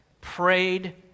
prayed